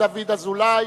דוד אזולאי,